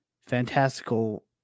fantastical